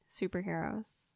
superheroes